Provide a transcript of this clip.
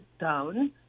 down